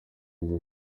muri